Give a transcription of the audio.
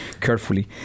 carefully